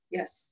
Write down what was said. Yes